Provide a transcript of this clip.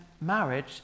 marriage